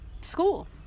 school